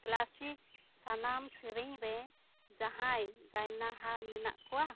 classic ᱥᱟᱱᱟᱢ ᱥᱮᱨᱮᱧ ᱨᱮ ᱡᱟᱦᱟᱸᱭ ᱜᱟᱭᱱᱟᱦᱟ ᱢᱮᱱᱟᱜ ᱠᱚᱣᱟ